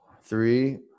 three